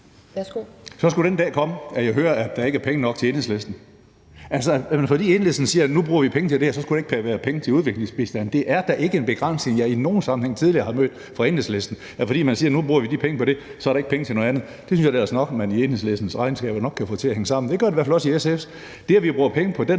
Så skulle den dag komme, hvor jeg hører, at der ikke er penge nok til Enhedslisten. Altså, Enhedslisten siger, at vi nu bruger penge til det, og at der så ikke skulle være penge til udviklingsbistand. Det er da ikke en begrænsning, jeg i nogen sammenhæng tidligere har mødt fra Enhedslisten, altså at man siger, at vi nu bruger de penge på det, og at der så ikke er penge til noget andet. Der synes jeg da ellers nok, man i Enhedslistens regnskaber kan få det til at hænge sammen, og det gør det i hvert fald også i SF's. Det, at vi bruger penge på den